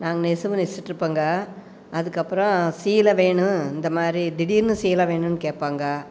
நாங்கள் நெசவு நெசிச்ட்ருப்போங்க அதுக்கு அப்றம் சீலை வேணும் இந்தமாதிரி திடீர்னு சீலை வேணும்னு கேட்பாங்க